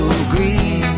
agree